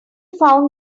found